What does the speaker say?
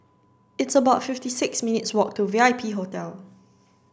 it's about fifty six minutes' walk to V I P Hotel